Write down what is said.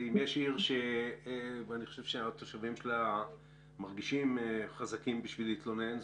אם יש עיר שאני חושב שהתושבים שלה מרגישים חזקים כדי להתלונן,